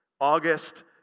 August